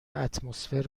اتمسفر